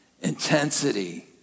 intensity